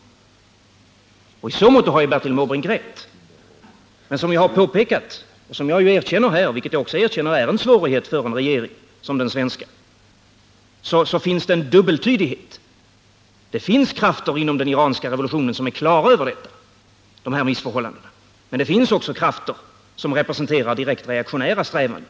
I så måtto har Bertil Måbrink rätt. Men som jag har påpekat — och som jag också erkänner är en svårighet för en regering som den svenska— så finns det en dubbeltydighet. Det finns krafter inom den iranska revolutionen som är på det klara med dessa missförhållanden, men det finns också krafter som representerar direkt reaktionära strävanden.